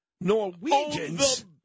Norwegians